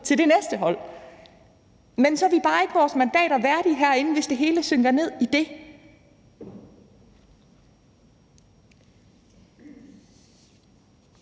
til det næste hold. Men vi er bare ikke vores mandater værdige, herinde, hvis det hele synker ned i det. Jeg